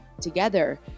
together